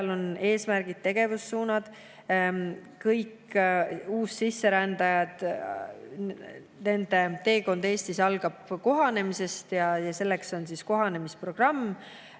Seal on eesmärgid ja tegevussuunad. Kõigi uussisserändajate teekond Eestis algab kohanemisest. Selleks on kohanemisprogramm